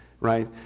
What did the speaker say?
right